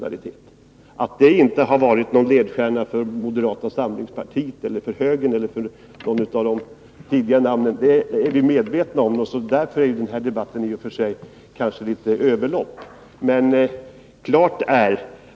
Att det inte har varit någon ledstjärna för moderata samlingspartiet eller för högern — partiet har också haft andra namn — är vi medvetna om, så därför är det kanske något av en överloppsgärning att föra den här debatten.